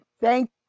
Thank